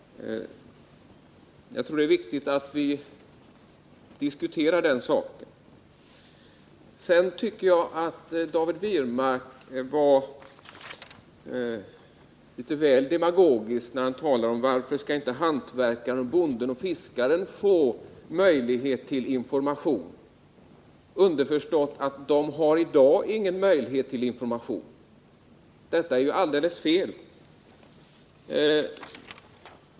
Jag tror det är viktigt att vi diskuterar den saken. Sedan tycker jag att David Wirmark var litet väl demagogisk när han undrade varför inte också hantverkaren, bonden och fiskaren skulle få möjligheter till information — underförstått att de i dag inte har chans att få information. Detta är alldeles fel.